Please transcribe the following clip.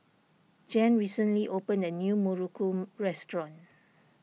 Jan recently opened a new Muruku restaurant